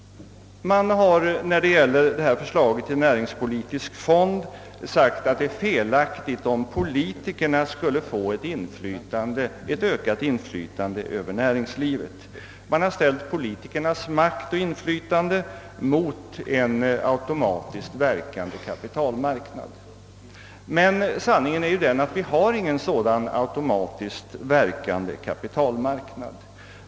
Man har beträffande förslaget till näringspolitisk fond sagt att det är felaktigt om politikerna skulle få ökat inflytande över näringslivet. Man har ställt politikernas makt och inflytande mot en automatiskt verkande kapitalmarknad. Men sanningen är ju den att vi inte har någon sådan automatiskt verkande kapitalmarknad.